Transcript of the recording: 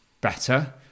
better